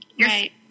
right